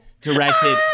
Directed